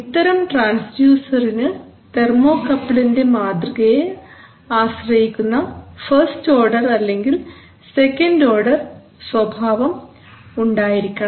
ഇത്തരം ട്രാൻസ്ഡ്യൂസർസിനു തെർമോകപ്പിളിന്റെ മാതൃകയെ ആശ്രയിക്കുന്ന ഫസ്റ്റ് ഓർഡർ അല്ലെങ്കിൽ സെക്കൻഡ് ഓർഡർ സ്വഭാവം ഉണ്ടായിരിക്കണം